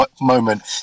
moment